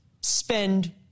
spend